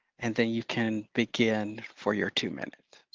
and then you can begin for your two-minutes.